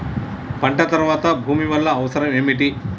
పంట తర్వాత భూమి వల్ల అవసరం ఏమిటి?